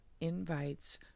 invites